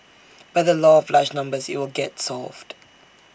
by the law of large numbers IT will get solved